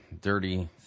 dirty